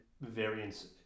variance